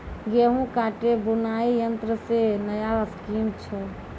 गेहूँ काटे बुलाई यंत्र से नया स्कीम छ?